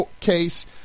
case